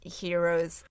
heroes